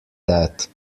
that